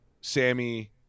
Sammy